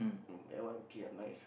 um that one okay ah nice